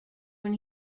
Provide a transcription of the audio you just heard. when